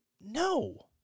no